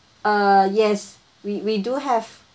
err yes we we do have